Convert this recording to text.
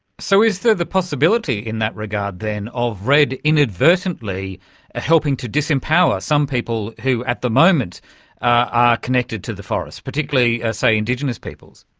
so is there the possibility in that regard then of redd inadvertently helping to disempower some people who at the moment are connected to the forest, particularly, ah say, indigenous peoples?